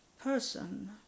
person